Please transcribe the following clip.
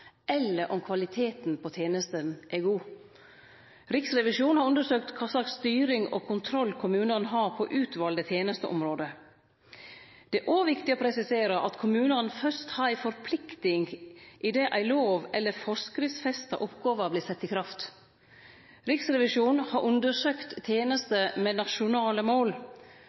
eller om kvaliteten på tenestene er god. Riksrevisjonen har undersøkt kva slags styring og kontroll kommunane har på utvalde tenesteområde. Det er òg viktig å presisere at kommunane fyrst har ei forplikting idet ei lov-eller forskriftsfesta oppgåve vert sett i kraft. Riksrevisjonen har undersøkt tenester med nasjonale mål.